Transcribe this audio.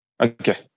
Okay